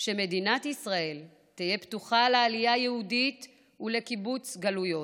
שמדינת ישראל תהיה פתוחה לעלייה יהודית ולקיבוץ גלויות.